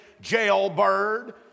jailbird